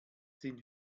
sind